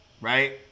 right